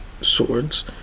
swords